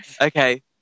okay